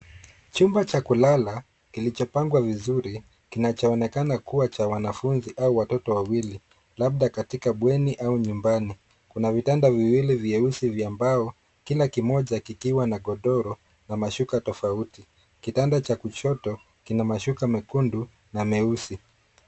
Chumba cha kulala kilichopangwa vizuri kinachoonekana kuwa cha wanafunzi au watoto wawili labda katika bweni au nyumbani. Kuna vitanda viwili vyeusi vya mbao kila kimoja kikiwa na godoro na mashuka tofauti. Kitanda cha kushoto kina mashuka mekundu na meusi.